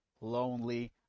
lonely